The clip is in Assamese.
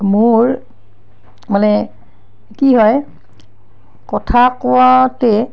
মোৰ মানে কি হয় কথা কোৱাতে